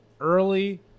early